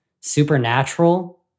supernatural